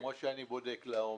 כמו שאני בודק לעומק,